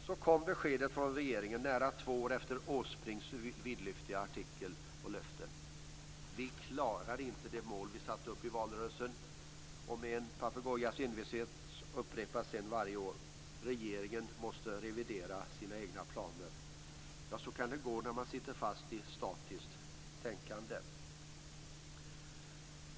Så kom beskedet från regeringen nära två år efter Åsbrinks vidlyftiga artikel och löften: Vi klarar inte de mål som vi satte upp i valrörelsen. Och med en papegojas envishet upprepar man sedan varje år: Regeringen måste revidera sina planer. Ja, så kan det gå när man sitter fast i ett statiskt tänkande.